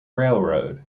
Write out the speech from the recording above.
railroad